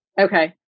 okay